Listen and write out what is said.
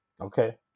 Okay